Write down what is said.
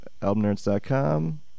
albumnerds.com